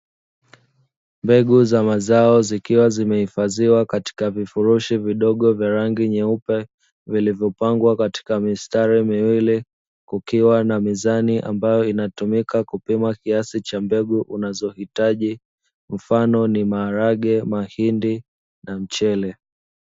Mbegu za mazao zikiwa zimehifadhiwa katika vifurushi vidogo vya rangi nyeupe, vilivyopangwa katika mistari miwili, kukiwa na mizani ambayo inatumika kupima kiasi cha mbegu unazohitaji, mfano ni maharage, mahindi na mchele.